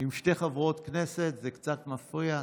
עם שתי חברות הכנסת זה קצת מפריע.